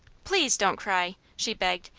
please don't cry, she begged.